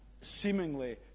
seemingly